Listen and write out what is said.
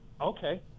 Okay